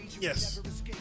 Yes